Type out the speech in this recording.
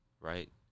right